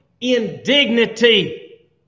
indignity